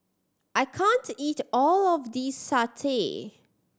I can't eat all of this satay